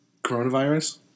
coronavirus